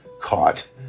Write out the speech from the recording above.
caught